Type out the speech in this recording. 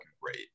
great